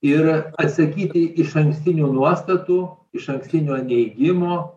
ir atsisakyti išankstinių nuostatų išankstinio neigimo